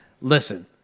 listen